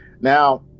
Now